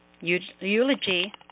eulogy